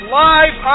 live